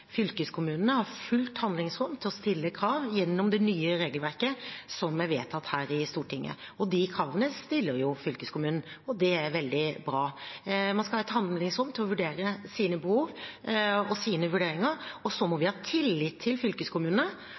vedtatt her i Stortinget. De kravene stiller fylkeskommunene. Det er veldig bra. Man skal ha handlingsrom til å vurdere sine behov, og så må vi ha tillit til at fylkeskommunene